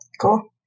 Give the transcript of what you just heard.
Cool